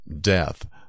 death